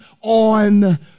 on